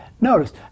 Notice